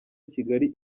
kigali